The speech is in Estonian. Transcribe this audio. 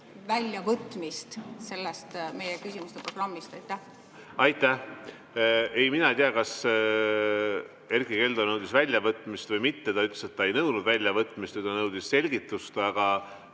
väljavõtmist sellest meie küsimuste programmist. Aitäh! Ei, mina ei tea, kas Erkki Keldo nõudis väljavõtmist või mitte. Ta ütles, et ta ei nõudnud väljavõtmist, ta nõudis selgitust. Aga